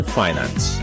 finance